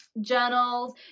journals